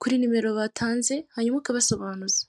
kuri nimero batanze hanyuma ukabasobanuza.